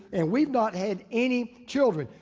and we've not had any children.